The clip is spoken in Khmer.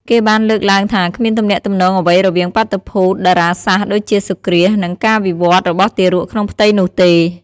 គេបានលើកឡើងថាគ្មានទំនាក់ទំនងអ្វីរវាងបាតុភូតតារាសាស្ត្រដូចជាសូរ្យគ្រាស និងការវិវត្តរបស់ទារកក្នុងផ្ទៃនោះទេ ។